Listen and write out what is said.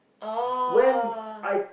oh